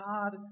God